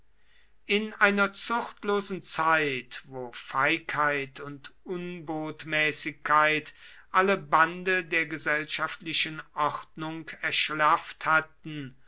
in einer zuchtlosen zeit wo feigheit und unbotmäßigkeit alle bande der gesellschaftlichen ordnung erschlafft hatten